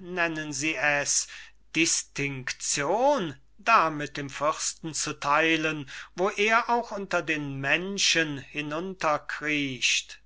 nennen sie es distinction da mit dem fürsten zu theilen wo er auch unter den menschen hinunterkriecht